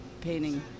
painting